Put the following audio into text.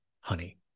honey